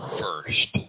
first